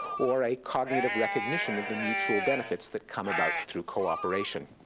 or a cognitive recognition of the mutual benefits that come about through cooperation.